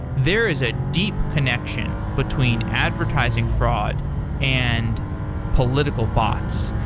there is a deep connection between advertising fraud and political bots,